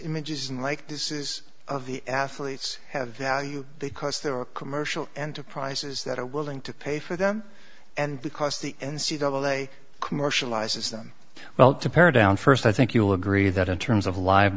images and like this is of the athletes have value because there are commercial enterprises that are willing to pay for them and because the end c w a commercialise is them well to paradise on first i think you'll agree that in terms of live